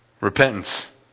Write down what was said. Repentance